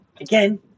Again